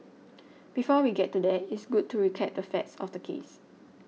before we get to that it's good to recap the facts of the case